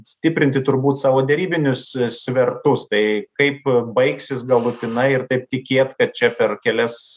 stiprinti turbūt savo derybinius svertus tai kaip baigsis galutinai ir taip tikėt kad čia per kelias